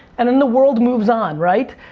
and then the world moves on, right?